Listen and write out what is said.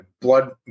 blood